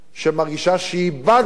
שמרגישה שאיבדנו